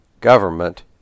government